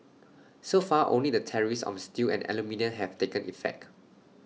so far only the tariffs on steel and aluminium have taken effect